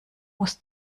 muss